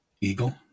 eagle